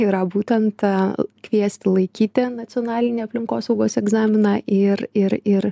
yra būtent kviesti laikyti nacionalinį aplinkosaugos egzaminą ir ir ir